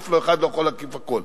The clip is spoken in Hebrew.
אף אחד לא יכול להקיף הכול.